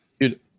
dude